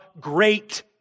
great